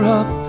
up